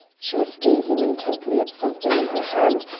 she was gazing intently at something in her hand,